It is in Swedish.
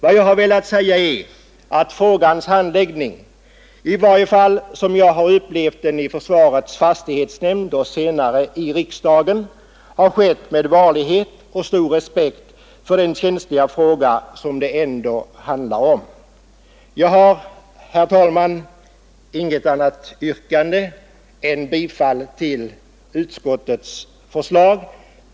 Vad jag har velat säga är att frågans handläggning — i varje fall som jag har upplevt den i försvarets fastighetsnämnd och senare i riksdagen — har skett med varlighet och stor respekt för de känsliga problem som det ändå handlar om. Jag har, herr talman, inget annat yrkande än om bifall till utskottets förslag.